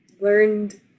learned